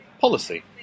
policy